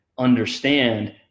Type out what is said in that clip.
understand